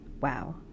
wow